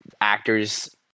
actors